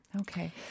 okay